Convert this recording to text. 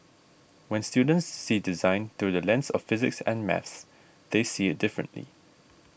when students see design through the lens of physics and maths they see it differently